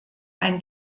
ein